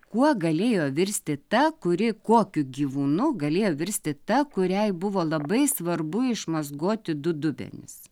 kuo galėjo virsti ta kuri kokiu gyvūnu galėjo virsti ta kuriai buvo labai svarbu išmazgoti du dubenis